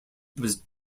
was